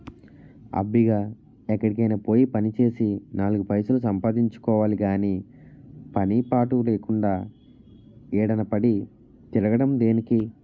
అబ్బిగా ఎక్కడికైనా పోయి పనిచేసి నాలుగు పైసలు సంపాదించుకోవాలి గాని పని పాటు లేకుండా ఈదిన పడి తిరగడం దేనికి?